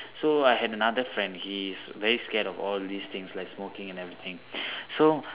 so I had another friend he is very scared of all these things like smoking and everything so